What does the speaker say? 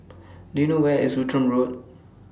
Do YOU know Where IS Outram Road